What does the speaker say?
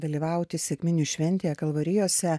dalyvauti sekminių šventėje kalvarijose